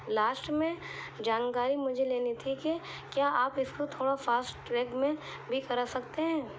last میں جانکاری مجھے لینی تھی کہ کیا آپ ا س کو تھوڑا فاسٹ ٹریک میں بھی کرا سکتے ہیں